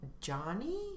Johnny